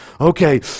okay